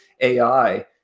AI